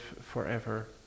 forever